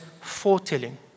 foretelling